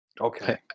Okay